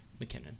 McKinnon